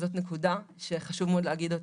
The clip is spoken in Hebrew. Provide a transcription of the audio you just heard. וזאת נקודה שחשוב מאוד להגיד אותה.